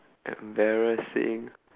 embarrassing